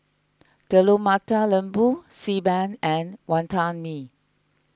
Telur Mata Lembu Xi Ban and Wantan Mee